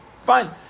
Fine